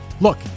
Look